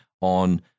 on